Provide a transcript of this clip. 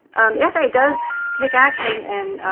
the faa does take action and